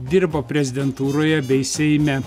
dirbo prezidentūroje bei seime